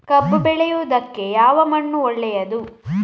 ಕಬ್ಬು ಬೆಳೆಯುವುದಕ್ಕೆ ಯಾವ ಮಣ್ಣು ಒಳ್ಳೆಯದು?